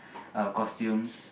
uh costumes